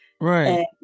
Right